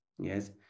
yes